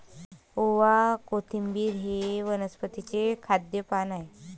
ओवा, कोथिंबिर हे वनस्पतीचे खाद्य पान आहे